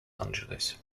angeles